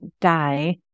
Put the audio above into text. die